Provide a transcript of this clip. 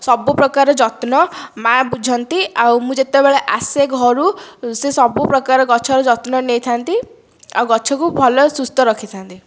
ସବୁପ୍ରକାର ଯତ୍ନ ମା' ବୁଝନ୍ତି ଆଉ ମୁଁ ଯେତେବେଳେ ଆସେ ଘରୁ ସେ ସବୁପ୍ରକାର ଗଛର ଯତ୍ନ ନେଇଥାନ୍ତି ଆଉ ଗଛକୁ ଭଲ ସୁସ୍ଥ ରଖିଥାନ୍ତି